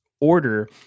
order